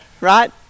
Right